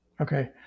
okay